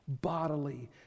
bodily